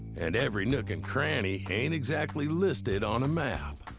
and every nook and cranny ain't exactly listed on a map.